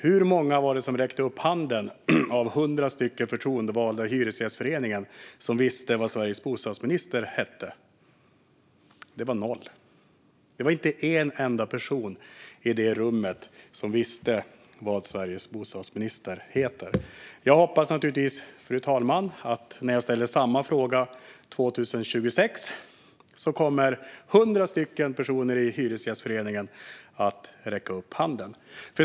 Hur många av dessa hundra förtroendevalda i Hyresgästföreningen räckte upp handen och visste vad Sveriges bostadsminister hette? Svaret är noll. Inte en enda person i det rummet visste vad Sveriges bostadsminister hette. När jag ställer samma fråga 2026, fru talman, hoppas jag naturligtvis att hundra personer i Hyresgästföreningen kommer att räcka upp handen.